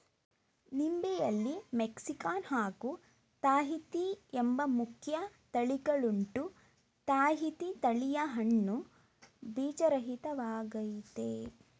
ನಿಂಬೆಯಲ್ಲಿ Mexican ಹಾಗೂ Tahiti ಎಂಬ ಮುಖ್ಯ ತಳಿಗಳುಂಟು ತಾಹಿತಿ ತಳಿಯ ಹಣ್ಣು ಬೀಜರಹಿತ ವಾಗಯ್ತೆ